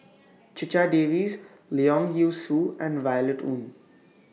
Checha Davies Leong Yee Soo and Violet Oon